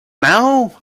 now